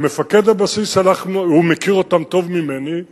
מפקד הבסיס מכיר אותם טוב ממני,